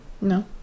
No